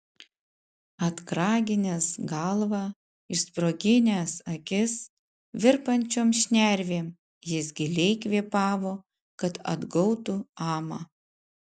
atkraginęs galvą išsproginęs akis virpančiom šnervėm jis giliai kvėpavo kad atgautų amą